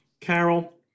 Carol